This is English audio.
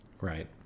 Right